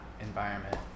environment